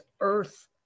earth